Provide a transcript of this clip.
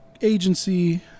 agency